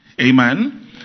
Amen